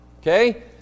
Okay